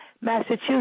Massachusetts